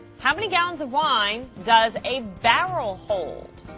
how many gallons of wine does a barrel hold?